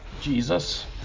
Jesus